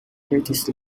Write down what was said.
curtis